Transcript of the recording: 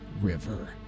river